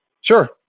Sure